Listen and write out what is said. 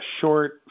short